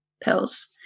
pills